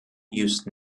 used